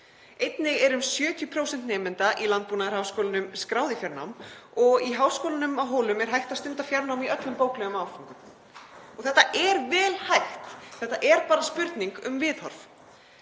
Einnig eru um 70% nemenda í Landbúnaðarháskólanum skráð í fjarnám og í Háskólanum á Hólum er hægt að stunda fjarnám í öllum bóklegum áföngum. Þetta er vel hægt. Þetta er bara spurning um viðhorf.